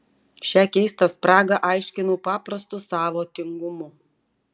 šią keistą spragą aiškinau paprastu savo tingumu